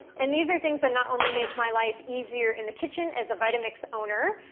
and, these are things that not only make my life easier in the kitchen as a vitamix owner,